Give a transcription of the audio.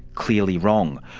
clearly wrong.